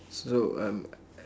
so um